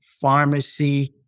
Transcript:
pharmacy